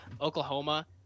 Oklahoma